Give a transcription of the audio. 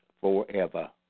forever